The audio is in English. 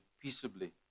peaceably